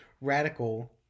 Radical